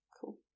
Cool